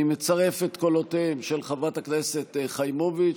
אני מצרף את קולותיהם של חברת הכנסת חיימוביץ',